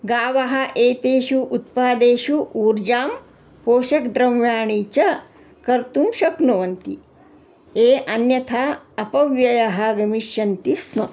गावः एतेषु उत्पादेषु ऊर्जां पोषकद्रव्याणी च कर्तुं शक्नुवन्ति ये अन्यथा अपव्ययः गमिष्यन्ति स्म